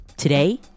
Today